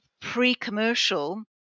pre-commercial